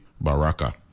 Baraka